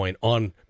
on